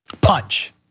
punch